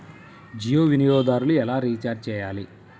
జియో వినియోగదారులు ఎలా రీఛార్జ్ చేయాలి?